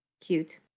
cute